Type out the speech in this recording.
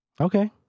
Okay